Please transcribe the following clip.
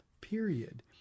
period